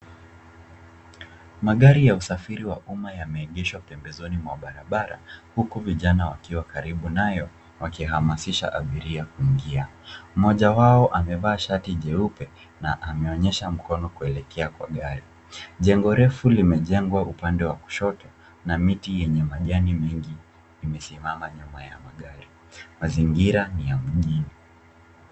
Magari ya usafiri wa umma yameegeshwa pembezoni mwa barabara huku vijana wakiwa karibu nayo wakihamasisha abiria kuingia. Mmoja wao amevaa shati Jengo jeupe na ameonyesha mkono kuelekea kwa gari. Jengo refu limejengwa upande wa kushoto na miti yenye majani mengi imesimama nyuma ya magari. Mazingira ni ya mjini.